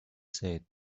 said